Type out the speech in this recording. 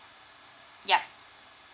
yeah